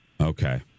Okay